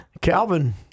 Calvin